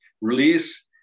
release